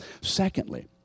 Secondly